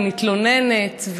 היא מתלוננת,